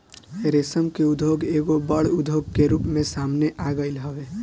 रेशम के उद्योग एगो बड़ उद्योग के रूप में सामने आगईल हवे